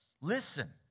Listen